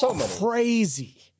crazy